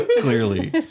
Clearly